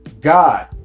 God